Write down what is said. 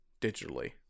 digitally